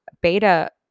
beta